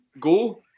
go